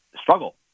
struggle